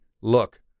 look